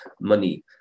money